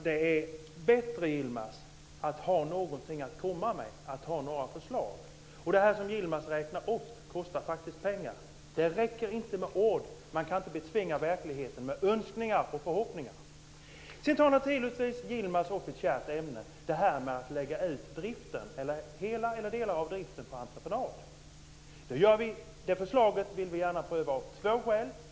Det är bättre, Yilmaz, att ha någonting att komma med, att ha några förslag. Det som Yilmaz räknar upp kostar faktiskt pengar. Det räcker inte med ord. Man kan inte betvinga verkligheten med önskningar och förhoppningar. Sedan tar naturligtvis Yilmaz upp ett kärt ämne, det här med att lägga ut hela eller delar av driften på entreprenad. Det förslaget vill vi gärna pröva av två skäl.